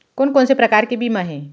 कोन कोन से प्रकार के बीमा हे?